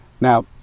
now